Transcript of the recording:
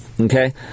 okay